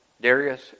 Darius